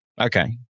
Okay